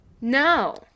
No